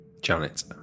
Janet